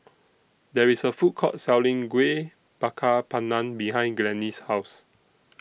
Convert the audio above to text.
There IS A Food Court Selling Kueh Bakar Pandan behind Glennis' House